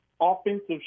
offensive